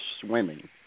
swimming